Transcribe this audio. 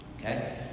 Okay